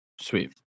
Sweet